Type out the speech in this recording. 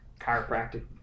chiropractic